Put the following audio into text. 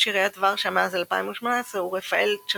ראש עיריית ורשה מאז 2018 הוא רפאל צ'אסקובסקי,